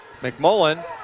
McMullen